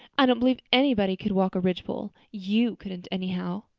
i don't believe anybody could walk a ridgepole. you couldn't anyhow.